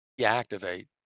deactivate